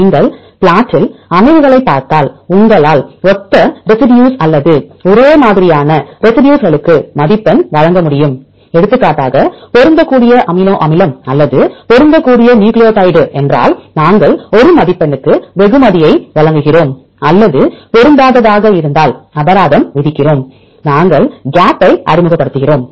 நீங்கள் பிளாட்டில் அமைவுகளை பார்த்தால் உங்களால் ஒத்த ரெசிடியூஸ் அல்லது ஒரே மாதிரியான ரெசிடியூஸ் களுக்கு மதிப்பெண் வழங்க முடியும் எடுத்துக்காட்டாக பொருந்தக்கூடிய அமினோ அமிலம் அல்லது பொருந்தக்கூடிய நியூக்ளியோடைடு என்றால் நாங்கள் ஒரு மதிப்பெண்ணுக்கு வெகுமதியை வழங்குகிறோம் அல்லது பொருந்தாததாக இருந்தால் அபராதம் விதிக்கிறோம் நாங்கள் இடைவெளியை அறிமுகப்படுத்துகிறோம்